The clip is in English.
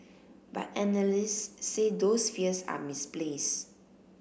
but analysts say those fears are misplaced